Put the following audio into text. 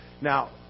now